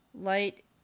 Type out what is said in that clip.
light